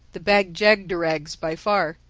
the bag-jagderags, by far.